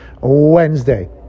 Wednesday